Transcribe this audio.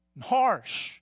harsh